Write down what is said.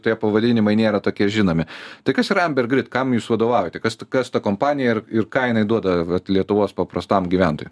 tie pavadinimai nėra tokie žinomi tai kas yra ambergrit kam jūs vadovavote kas kas ta kompanija ir ir ką inai duoda vat lietuvos paprastam gyventojui